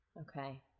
Okay